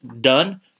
done